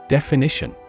Definition